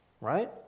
Right